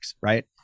right